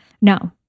no